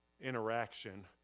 interaction